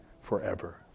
forever